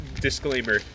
disclaimer